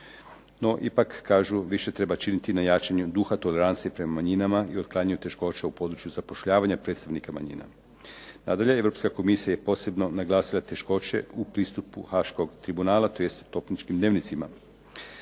no ipak kažu više treba činiti na jačanju duha tolerancije prema manjinama i otklanjanju teškoća u području zapošljavanja predstavnika manjina. Nadalje, Europska komisija je posebno naglasila teškoće u pristupu haškog tribunala tj. topničkim dnevnicima